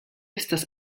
estas